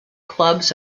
clubs